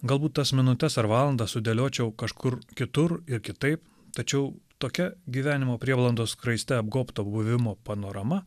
galbūt tas minutes ar valandas sudėliočiau kažkur kitur ir kitaip tačiau tokia gyvenimo prieblandos skraiste apgaubto buvimo panorama